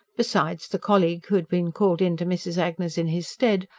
besides, the colleague who had been called in to mrs. agnes in his stead,